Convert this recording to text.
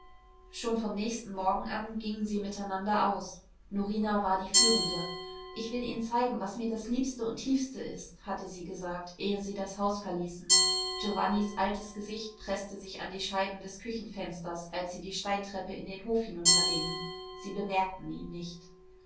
schon vom nächsten morgen an gingen sie miteinander aus norina war die führende ich will ihnen zeigen was mir das liebste und tiefste ist hatte sie gesagt ehe sie das haus verließen giovannis altes gesicht preßte sich an die scheiben des küchenfensters als sie die steintreppe in den hof hinunter gingen sie bemerkten ihn nicht